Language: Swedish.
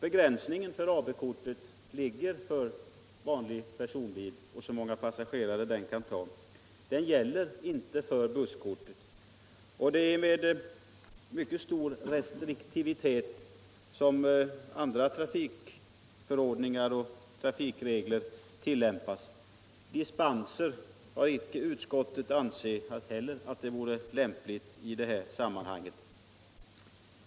Begränsningen för AB-körkortet ligger i att man får föra vanlig personbil med högst 8 passagerare. Den begränsningen gäller inte för innehavare av busskort. Har man busskortet, får man föra en minibuss som tar ett helt fotbollslag med ledare om man så önskar. Några dispenser har utskottet inte ansett lämpliga i detta sammanhang.